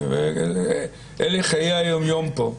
אלה חיי היום-יום פה.